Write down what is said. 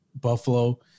Buffalo